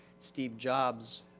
steve jobs,